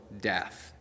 death